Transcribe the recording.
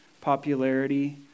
popularity